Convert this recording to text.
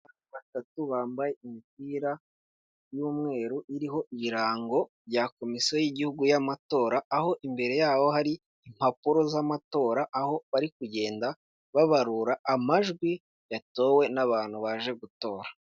Batatu bambaye imipira y'umweru iriho irango rya komisiyo y'igihugu y'amatora, aho imbere yaho hari impapuro z'amatora, aho bari kugenda babarura amajwi yatowe n'abantu baje gutora.